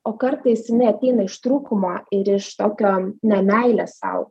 o kartais jinai ateina iš trūkumo ir iš tokio nemeilės sau